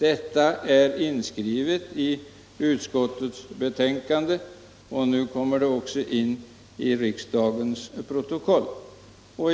Detta är inskrivet i utskottets betänkande, och nu kommer det också in i riksdagens protokoll.